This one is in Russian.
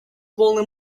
волны